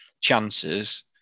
chances